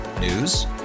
News